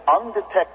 undetected